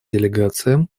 делегациям